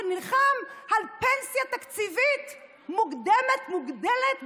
שנלחם על פנסיה תקציבית מוקדמת מוגדלת,